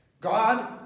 God